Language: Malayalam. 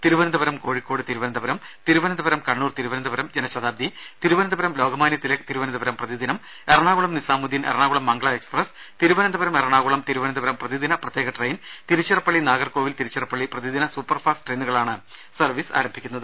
തിരുവനന്തപുരം കോഴിക്കോട് തിരുവനന്തപുരം തിരുവനന്തപുരം കണ്ണൂർ തിരുവനന്തപുരം ജനശതാബ്ദി ലോകമാന്യതിലക് തിരുവനന്തപുരം തിരുവനന്തപുരം പ്രതിദിനം എറണാകുളം നിസാമുദ്ധീൻ എറണാകുളം മംഗള എക്സ്പ്രസ് തിരുവനന്തപുരം എറണാകുളം തിരുവനന്തപുരം പ്രതിദിന പ്രത്യേക ട്രെയിൻ തിരുച്ചിറപ്പള്ളി നാഗർകോവിൽ തിരുച്ചിറപ്പള്ളി പ്രതിദിന സൂപ്പർഫാസ്റ്റ് ട്രെയിനുകളാണ് സർവീസ് ആരംഭിക്കുന്നത്